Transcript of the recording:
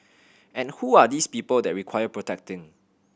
and who are these people that require protecting